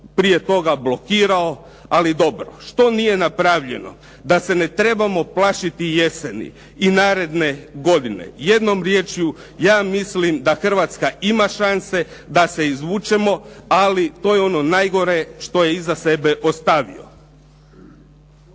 prije toga blokirao. Ali dobro. Što nije napravljeno? Da se ne trebamo plašiti jeseni i naredne godine. Jednom riječju, ja mislim da Hrvatska ima šanse da se izvučemo, ali to je ono najgore što je iza sebe ostavio.